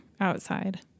outside